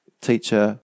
teacher